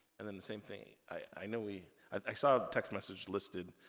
and then, the same thing. i know we, i saw text message listed.